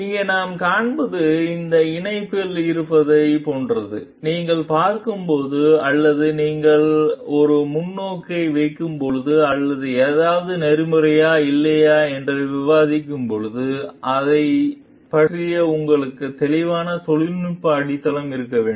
இங்கே நாம் காண்பது இந்த இணைப்பில் இருப்பதைப் போன்றது நீங்கள் பார்க்கும்போது அல்லது நீங்கள் ஒரு முன்னோக்கை வைக்கும்போது அல்லது ஏதாவது நெறிமுறையா இல்லையா என்று விவாதிக்கும்போது அதைப் பற்றி உங்களுக்கு தெளிவான தொழில்நுட்ப அடித்தளம் இருக்க வேண்டும்